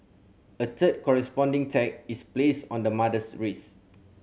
a third corresponding tag is placed on the mother's wrist